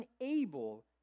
unable